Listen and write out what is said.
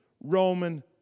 Roman